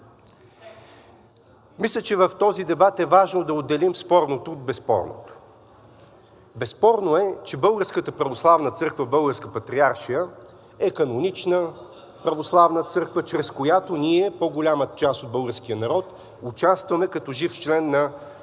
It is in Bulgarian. Мисля, че в този дебат е важно да отделим спорното от безспорното. Безспорно е, че Българската православна църква – Българска Патриаршия, е канонична православна църква, чрез която ние – по-голяма част от българския народ, участваме като жив член на